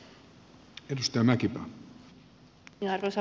arvoisa puhemies